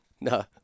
no